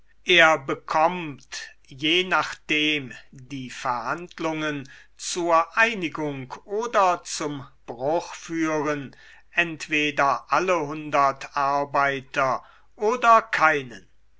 er bekommt je nachdem die verhandlungen zur einigung oder zum bruch führen entweder alle hundert arbeiter oder keinen